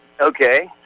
okay